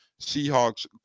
Seahawks